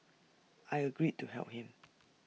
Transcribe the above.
I agreed to help him